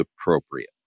appropriate